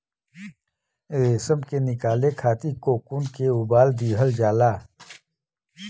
रेशम के निकाले खातिर कोकून के उबाल दिहल जाला